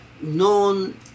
known